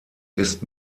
ist